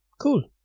Cool